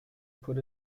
put